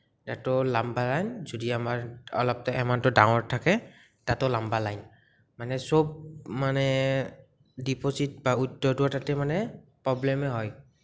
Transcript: তাতো লাম্বা লাইন যদি আমাৰ অলপ এমাউণ্টটো ডাঙৰ থাকে তাতো লাম্বা লাইন মানে সব মানে ডিপজিত বা উইড্ৰটো তাতে মানে প্ৰব্লেমেই হয়